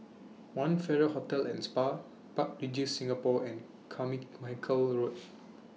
one Farrer Hotel and Spa Park Regis Singapore and Carmichael Road